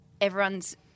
everyone's